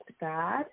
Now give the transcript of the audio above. God